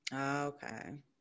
okay